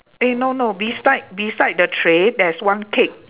eh no no beside beside the tray there's one cake